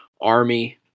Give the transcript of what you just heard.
Army